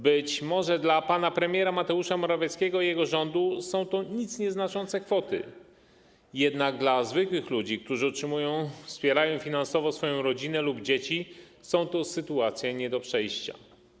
Być może dla pana premiera Mateusza Morawieckiego i jego rządu są to nic nieznaczące kwoty, jednak dla zwykłych ludzi, którzy wspierają finansowo swoją rodzinę lub dzieci, są to sytuacje nie do przejścia.